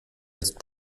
jetzt